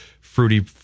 fruity